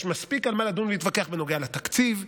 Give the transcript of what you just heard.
יש מספיק על מה לדון ולהתווכח בנוגע לתקציב,